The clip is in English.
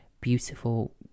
beautiful